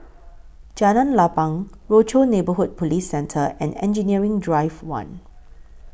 Jalan Lapang Rochor Neighborhood Police Centre and Engineering Drive one